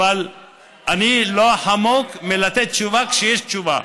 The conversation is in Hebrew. אבל אני לא אחמוק מלתת תשובה כשיש תשובה.